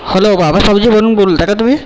hello बाबा साबजीवरून बोलत आहे का तुम्ही